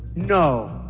no,